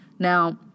Now